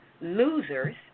losers